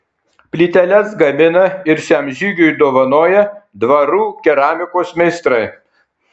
plyteles gamina ir šiam žygiui dovanoja dvarų keramikos meistrai